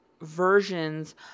versions